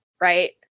right